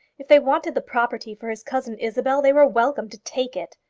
if they wanted the property for his cousin isabel, they were welcome to take it.